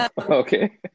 Okay